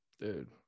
dude